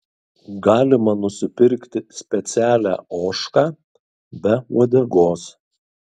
galima nusipirkti specialią ožką be uodegos